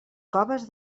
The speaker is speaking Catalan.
coves